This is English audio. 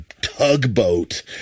tugboat